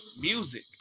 music